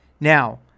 Now